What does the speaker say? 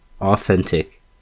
Authentic